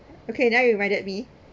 okay now you reminded me